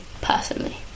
personally